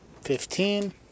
fifteen